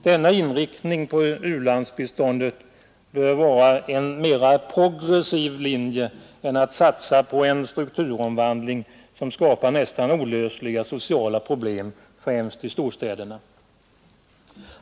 Denna inriktning på u-landsbiståndet bör vara en mera progressiv linje än att satsa på en strukturomvandling, som skapar nästan olösliga sociala problem, främst i storstäderna.